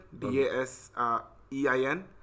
D-A-S-E-I-N